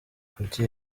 kuki